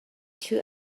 two